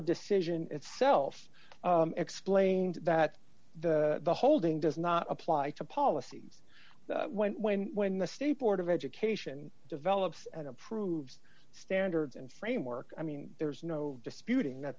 montero decision itself explained that the holding does not apply to policies when when when the state board of education develops and approved standards and framework i mean there's no disputing that